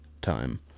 time